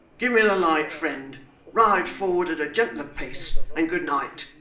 give me the light, friend ride forward at a gentler pace and good night